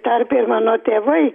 tarpe mano tėvai